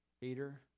Peter